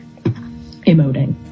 emoting